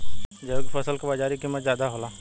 जैविक फसल क बाजारी कीमत ज्यादा होला